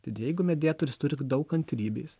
tad jeigu mediatorius turi daug kantrybės